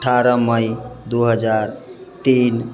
अठारह मई दू हजार तीन